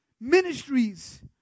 ministries